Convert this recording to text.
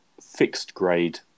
fixed-grade